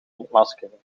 ontmaskeren